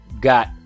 Got